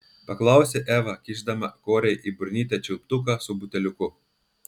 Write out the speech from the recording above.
paklausė eva kišdama korei į burnytę čiulptuką su buteliuku